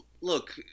Look